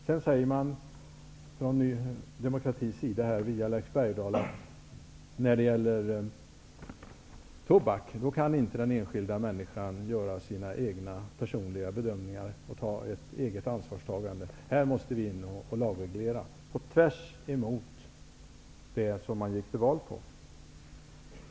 Sedan säger Leif Bergdahl från Ny demokrati att den enskilda människan när det gäller tobak inte kan få göra sina egna personliga bedömningar och ta ett eget ansvar, utan här måste vi lagreglera. Det är tvärtemot vad man gick till val på.